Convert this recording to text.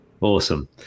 Awesome